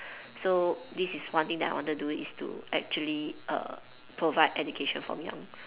so this is one thing that I want to do is to actually err provide education from young